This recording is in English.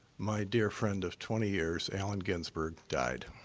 my dear friend of twenty years, allen ginsberg, died.